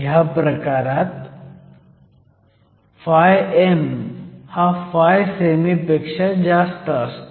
ह्या प्रकारात φm φsemi असतं